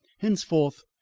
henceforth,